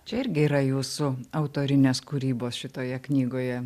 čia irgi yra jūsų autorinės kūrybos šitoje knygoje